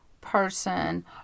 person